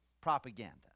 propaganda